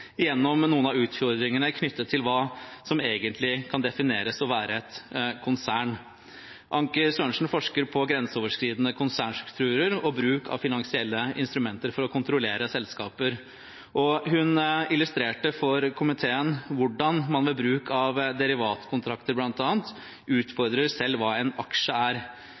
noen av utfordringene knyttet til hva som egentlig kan defineres som et konsern. Anker-Sørensen forsker på grenseoverskridende konsernstrukturer og bruk av finansielle instrumenter for å kontrollere selskaper. Hun illustrerte for komiteen hvordan man ved bruk av bl.a. derivatkontrakter utfordrer selv hva en aksje er.